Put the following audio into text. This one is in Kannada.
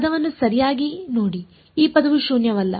ಈ ಪದವನ್ನು ಸರಿಯಾಗಿ ನೋಡಿ ಈ ಪದವು ಶೂನ್ಯವಲ್ಲ